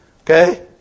Okay